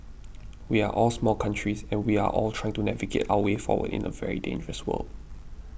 we are all small countries and we are all trying to navigate our way forward in a very dangerous world